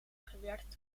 gewerkt